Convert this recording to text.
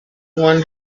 one